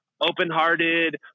open-hearted